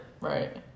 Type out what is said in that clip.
Right